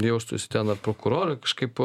jaustųsi ten ar prokurorai kažkaip